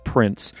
Prince